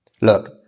Look